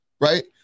right